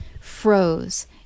froze